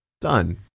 done